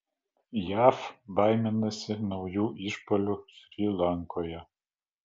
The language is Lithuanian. jav baiminasi naujų išpuolių šri lankoje